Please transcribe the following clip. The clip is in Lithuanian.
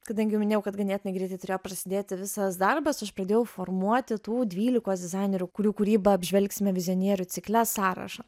kadangi jau minėjau kad ganėtinai greitai turėjo prasidėti visas darbas aš pradėjau formuoti tų dvylikos dizainerių kurių kūrybą apžvelgsime vizionierių cikle sąrašą